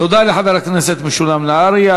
תודה לחבר הכנסת משולם נהרי.